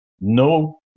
no